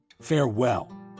Farewell